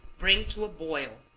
bring to a boil,